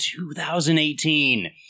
2018